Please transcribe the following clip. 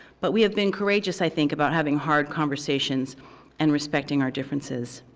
but we have been courageous i think about having hard conversations and respecting our differences.